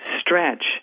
stretch